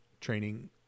training